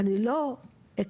אני לא אקח